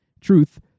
Truth